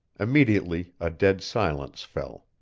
immediately a dead silence fell.